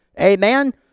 Amen